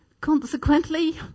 Consequently